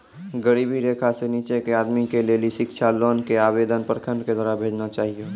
गरीबी रेखा से नीचे के आदमी के लेली शिक्षा लोन के आवेदन प्रखंड के द्वारा भेजना चाहियौ?